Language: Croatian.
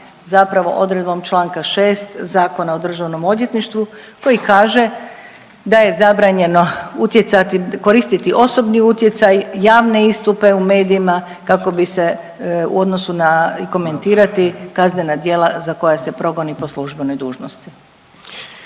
zapravo odredbom čl. 6. Zakona o državnom odvjetništvu koji kaže da je zabranjeno utjecati, koristiti osobni utjecaj, javne istupe u medijima kako bi se u odnosu na i komentirati kaznena djela za koja se progoni po službenoj dužnosti.